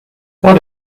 what